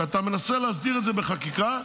כשאתה מנסה להסדיר את זה בחקיקה,